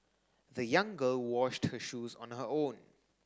the young girl washed her shoes on her own